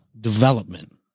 development